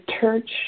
church